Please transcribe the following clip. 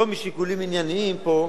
לא משיקולים ענייניים פה,